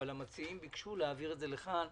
אבל המציעים ביקשו להעביר את זה לכאן,